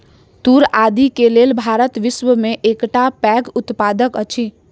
तूर आदि के लेल भारत विश्व में एकटा पैघ उत्पादक अछि